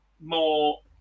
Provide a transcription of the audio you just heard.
More